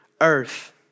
earth